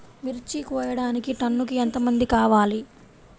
మిర్చి కోయడానికి టన్నుకి ఎంత మంది కావాలి?